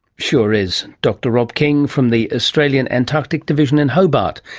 sure is. dr rob king from the australian antarctic division in hobart,